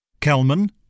Kelman